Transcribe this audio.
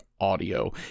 audio